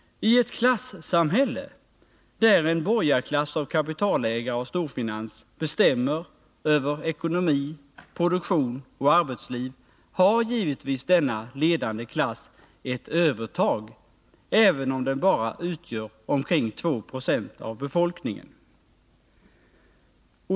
I ett klassamhälle, där en borgarklass av kapitalägare och storfinans bestämmer över ekonomi, produktion och arbetsliv, har denna ledande klass givetvis ett övertag, även om den bara utgör omkring 2 96 av befolkningen.